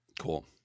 Cool